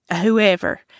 whoever